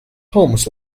homes